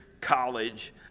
College